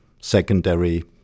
secondary